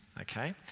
Okay